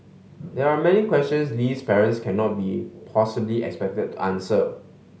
there are many questions Lee's parents cannot be possibly expected answer